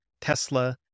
Tesla